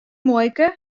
muoike